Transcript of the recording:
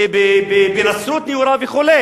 בנצרות נאורה וכו',